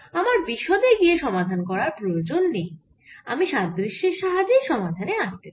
আমার বিশদে গিয়ে সমাধান করার প্রয়োজন নেই আমি সাদৃশ্যের সাহায্যেই সমাধানে আসতে পারি